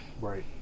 Right